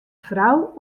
frou